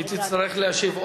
היא תצטרך להשיב,